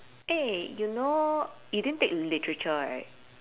eh you know you didn't take literature right